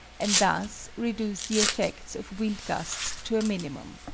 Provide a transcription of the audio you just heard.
and thus reduce the effects of wind-gusts to a minimum.